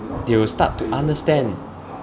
they will start to understand